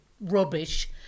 rubbish